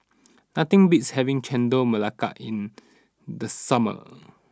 nothing beats having Chendol Melaka in the summer